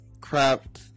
crap